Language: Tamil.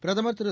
பிரதமர் திரு